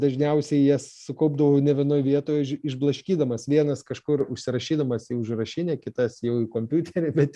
dažniausiai jas sukaupdavau ne vienoj vietoj išblaškydamas vienas kažkur užsirašydamas į užrašinę kitas jau į kompiuterį bet